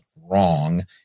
wrong